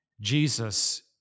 Jesus